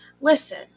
listen